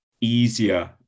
easier